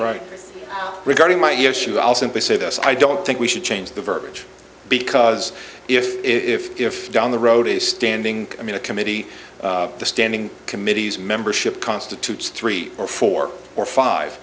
right regarding my year should also say this i don't think we should change the verbiage because if if if down the road a standing i mean a committee of the standing committees membership constitutes three or four or five